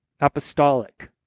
Apostolic